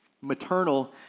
maternal